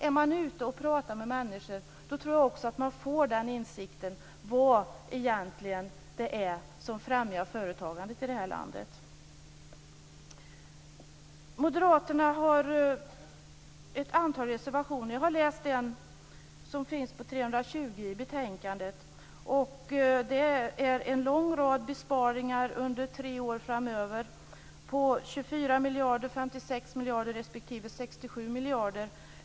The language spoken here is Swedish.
Är man ute och pratar med människor tror jag också att man får den insikten, dvs. om vad det egentligen är som främjar företagandet i det här landet. Moderaterna har ett antal reservationer. Jag har läst en som finns på s. 320 i betänkandet. Där finns en lång rad besparingar under tre år framöver på 24 miljarder, 56 miljarder respektive 67 miljarder.